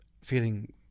feeling